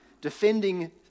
defending